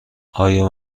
آیا